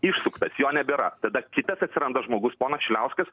išsuktas jo nebėra tada kitas atsiranda žmogus pono šiliauskas